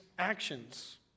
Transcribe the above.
actions